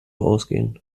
ausgehen